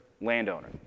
landowner